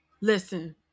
Listen